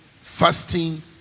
fasting